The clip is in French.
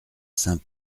saint